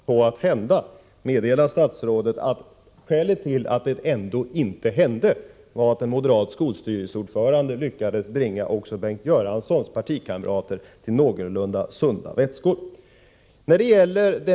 Herr talman! Får jag beträffande det som höll på att hända parentetiskt meddela statsrådet att skälet till att det ändå inte hände var att en moderat skolstyrelseordförande lyckades bringa Bengt Göranssons partikamrater till någorlunda sunda vätskor.